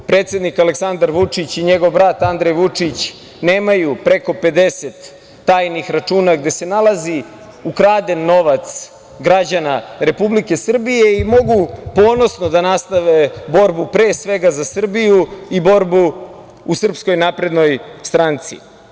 Predsednik Aleksandar Vučić i njegov brat Andrej Vučić nemaju preko 50 tajnih računa gde se nalazi ukraden novac građana Republike Srbije i mogu ponosno da nastave borbu, pre svega za Srbiju, i borbu u SNS.